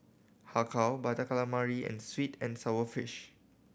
Har Kow Butter Calamari and sweet and sour fish